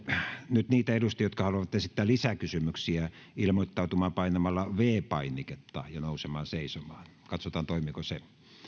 nyt niitä edustajia jotka haluavat esittää lisäkysymyksiä ilmoittautumaan painamalla viides painiketta ja nousemalla seisomaan katsotaan toimiiko se